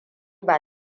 ba